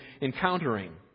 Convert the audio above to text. encountering